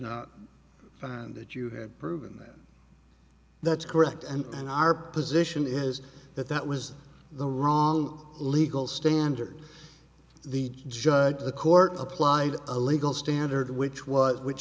not find that you had proven that that's correct and our position is that that was the wrong legal standard the judge or the court applied a legal standard which was which